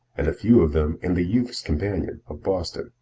and a few of them in the youths' companion of boston,